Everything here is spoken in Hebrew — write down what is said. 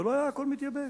ולא היה הכול מתייבש.